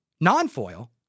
non-foil